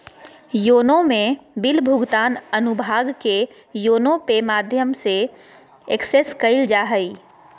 YONO में bill भुगतान अनुभाग के योनो पे के माध्यम से एक्सेस कइल जा हइ